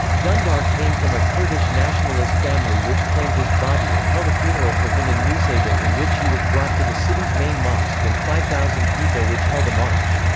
dundar came from a kurdish nationalist family which claimed his body and held a funeral for him in nusaybin in which he was brought to the city's main mosque and five thousand people which held a march.